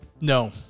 No